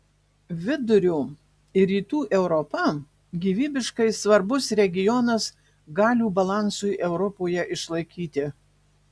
vidurio ir rytų europa gyvybiškai svarbus regionas galių balansui europoje išlaikyti